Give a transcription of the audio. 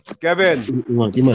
Kevin